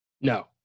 No